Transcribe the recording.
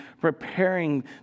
preparing